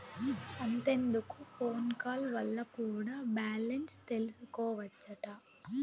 అంతెందుకు phone call వల్ల కూడా బాలెన్స్ తెల్సికోవచ్చట